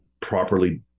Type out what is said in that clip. properly